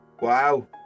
wow